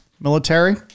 military